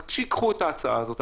אז שייקחו את ההצעה הזאת.